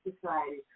society